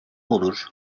olur